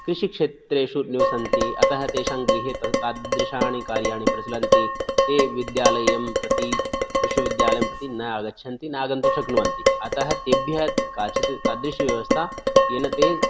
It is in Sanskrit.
कृषिक्षेत्रेषु निवसन्ति अतः तेषां गृहे तत् तादृशानि कार्याणि प्रचलन्ति ते विद्यालयं प्रति विश्वविद्यालयं प्रति न आगच्छन्ति न आगन्तुं शक्नुवन्ति अतः तेभ्यः काचित् तादृशी व्यवस्था येन ते